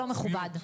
צביעות.